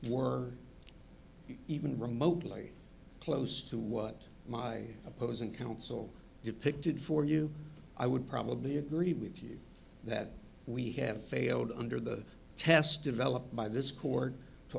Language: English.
were even remotely close to what my opposing counsel depicted for you i would probably agree with you that we have failed under the test developed by this court